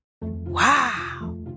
Wow